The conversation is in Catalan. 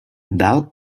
dalt